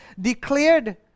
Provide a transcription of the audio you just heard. declared